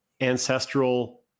ancestral